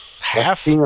half